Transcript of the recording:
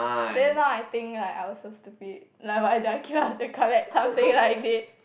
then now I think like I was so stupid like why do I queue up to collect something like this